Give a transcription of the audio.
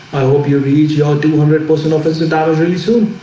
hope you read your two hundred person office retires really soon